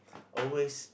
always